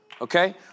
Okay